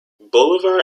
bolivar